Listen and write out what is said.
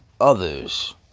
others